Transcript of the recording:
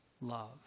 love